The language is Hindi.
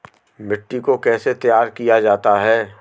मिट्टी को कैसे तैयार किया जाता है?